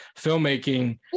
filmmaking